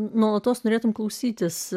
nuolatos norėtumei klausytis